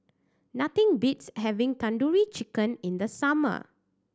nothing beats having Tandoori Chicken in the summer